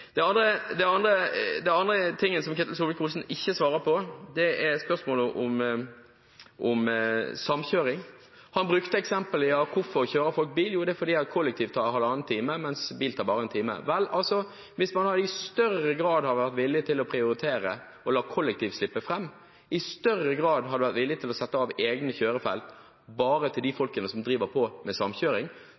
Det andre Ketil Solvik-Olsen ikke svarer på, er spørsmålet om samkjøring. Han brukte som eksempel på hvorfor folk kjører bil, at å kjøre kollektivt tar halvannen time mens med bil tar det bare en time. Hvis man i større grad hadde vært villig til å prioritere, til å la kollektivtransporten slippe fram og i større grad hadde vært villig til å sette av egne kjørefelt bare til samkjøring, ville det også være sånn at kollektivtransport og samkjøring ville ha kjørt forbi køen. Ingenting er så surt som